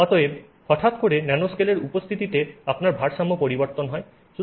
অতএব হঠাৎ করে ন্যানোস্কেলের উপস্থিতিতে আপনার ভারসাম্য পরিবর্তন হয়